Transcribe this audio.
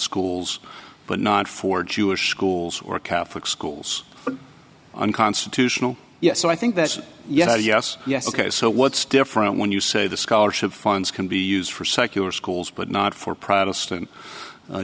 schools but not for jewish schools or catholic schools but unconstitutional yes i think that's a yes yes yes ok so what's different when you say the scholarship funds can be used for secular schools but not for protestant